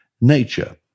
nature